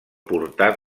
portar